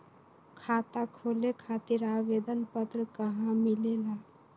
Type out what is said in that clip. खाता खोले खातीर आवेदन पत्र कहा मिलेला?